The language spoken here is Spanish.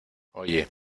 oye